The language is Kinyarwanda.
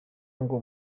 ngo